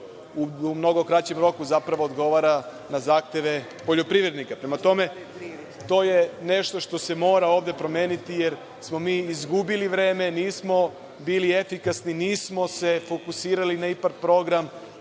u mnogo kraćem roku odgovara na zahteve poljoprivrednika. Prema tome, to je nešto što se mora ovde promeniti, jer smo mi izgubili vreme, nismo bili efikasni, nismo se fokusirali na IPARD program